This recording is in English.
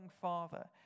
Father